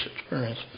experience